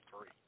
three